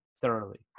thoroughly